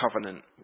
covenant